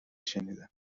شنیدم